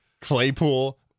Claypool